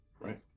Right